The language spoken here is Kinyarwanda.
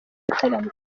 gutarama